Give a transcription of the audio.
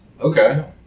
Okay